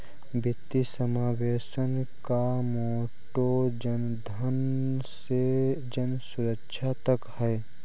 वित्तीय समावेशन का मोटो जनधन से जनसुरक्षा तक है